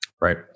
right